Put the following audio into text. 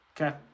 Okay